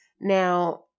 Now